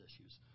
issues